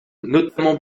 notamment